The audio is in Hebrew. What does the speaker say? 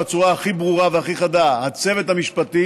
בצורה הכי ברורה והכי חדה: הצוות המשפטי